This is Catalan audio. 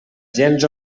gens